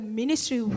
ministry